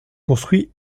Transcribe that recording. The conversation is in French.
construit